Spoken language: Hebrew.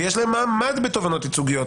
ויש להם מעמד בתובענות ייצוגיות,